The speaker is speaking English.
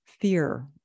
fear